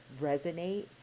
resonate